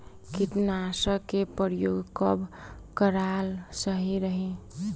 कीटनाशक के प्रयोग कब कराल सही रही?